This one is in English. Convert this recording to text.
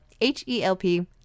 H-E-L-P